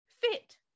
fit